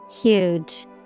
Huge